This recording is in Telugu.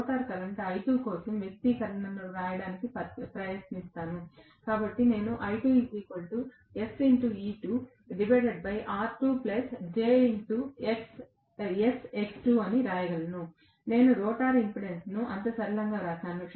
రోటర్ కరెంట్ I2 కోసం వ్యక్తీకరణను వ్రాయడానికి ప్రయత్నిస్తాను కాబట్టి నేను అని వ్రాయగలను నేను రోటర్ ఇంపెడెన్స్ను అంత సరళంగా వ్రాశాను